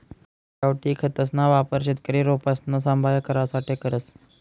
गावठी खतसना वापर शेतकरी रोपसना सांभाय करासाठे करस